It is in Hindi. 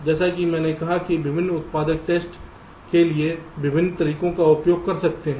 जैसा कि मैंने कहा है कि विभिन्न उत्पादक टेस्ट के लिए विभिन्न तरीकों का उपयोग कर सकते हैं